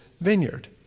vineyard